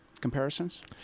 comparisons